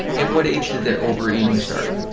at what age did the overeating start?